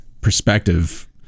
perspective